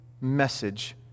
message